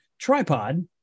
tripod